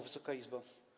Wysoka Izbo!